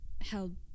held